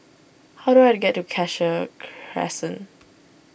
how do I get to Cassia Crescent